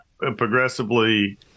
progressively